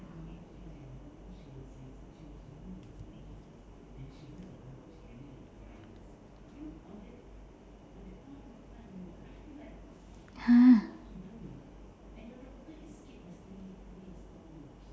!huh!